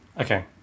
okay